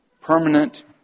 Permanent